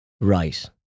right